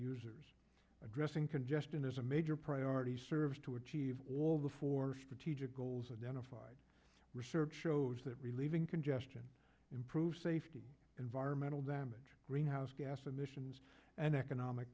users addressing congestion is a major priority service to achieve all of the four strategic goals identified research shows that relieving congestion improve safety environmental damage greenhouse gas emissions and economic